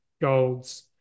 golds